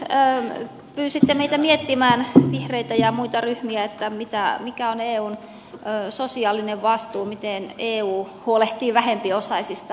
ministeri stubb pyysitte meitä vihreitä ja muita ryhmiä miettimään mikä on eun sosiaalinen vastuu miten eu huolehtii vähempiosaisistaan